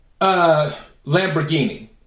Lamborghini